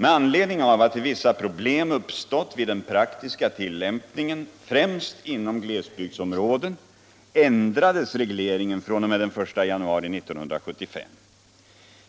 Med anledning av att vissa problem uppstått vid den praktiska tillämpningen främst inom glesbygdsområden ändrades regleringen fr.o.m. den 1 januari 1975.